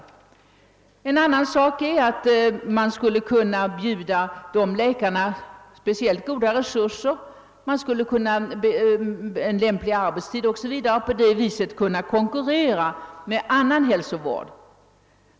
Dessa läkare skulle också kunna erbjudas speciellt goda resurser, lämplig arbetstid o.s. v., och på så sätt skulle företagshälsovården kunna konkurrera med annan hälsovård.